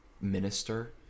Minister